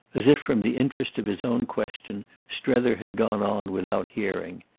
as if from the interest of his own question strether had gone on without hearing.